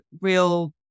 real